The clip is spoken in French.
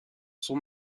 son